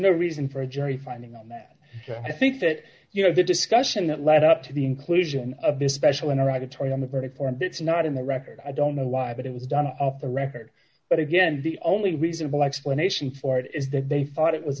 no reason for a jury finding on that i think that you know the discussion that led up to the inclusion of this special interactive trade on the part of this not in the record i don't know why but it was done off the record but again the only reasonable explanation for it is that they thought it was